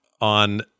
on